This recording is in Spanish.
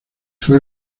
fue